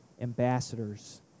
ambassadors